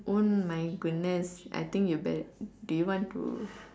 oh my goodness I think you better do you want to